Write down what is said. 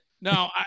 No